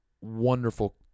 wonderful